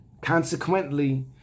consequently